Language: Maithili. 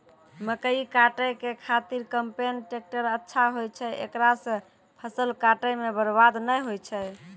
मकई काटै के खातिर कम्पेन टेकटर अच्छा होय छै ऐकरा से फसल काटै मे बरवाद नैय होय छै?